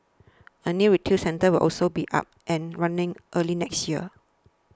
a new retail centre will also be up and running early next year